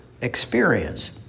experience